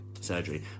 surgery